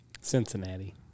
Cincinnati